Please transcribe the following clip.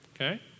Okay